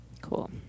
Cool